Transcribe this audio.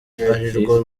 arirwo